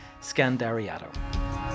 Scandariato